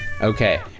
Okay